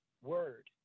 Word